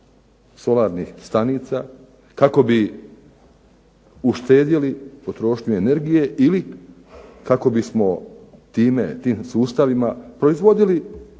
solarnih stanica kako bi uštedjeli potrošnju energije ili kako bismo time, tim sustavima proizvodili